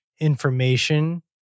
information